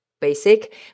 basic